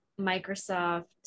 Microsoft